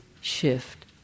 shift